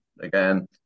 again